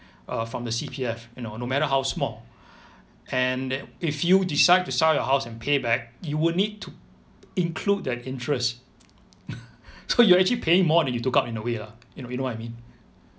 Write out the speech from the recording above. uh from the C_P_F you know no matter how small and that if you decide to sell your house and payback you would need to include that interest so you actually paying more than you took out in a way lah you know you know what I mean